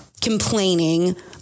complaining